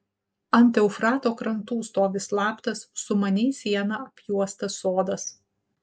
ant eufrato krantų stovi slaptas sumaniai siena apjuostas sodas